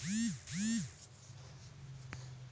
ఏందోనక్కా, ఈ తూరి కరువులో ఎంతమంది బలైపోవాల్నో